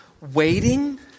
waiting